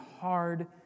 hard